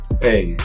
Hey